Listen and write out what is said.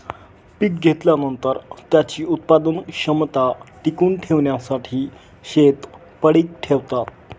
पीक घेतल्यानंतर, त्याची उत्पादन क्षमता टिकवून ठेवण्यासाठी शेत पडीक ठेवतात